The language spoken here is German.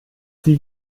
die